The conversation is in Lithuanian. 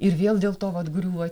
ir vėl dėl to vat griūva